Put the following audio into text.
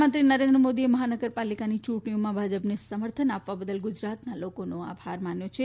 પ્રધાનમંત્રી નરેન્દ્ર મોદીએ મહાનગરપાલિકાની ચુંટણીઓમાં ભાજપને સમર્થન આપવા બદલ ગુજરાતના લોકોનો આભાર માન્યો છે